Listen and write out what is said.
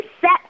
set